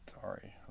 sorry